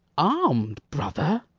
armed, brother!